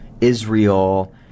Israel